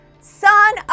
Son